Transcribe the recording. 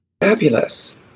Fabulous